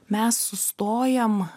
mes sustojam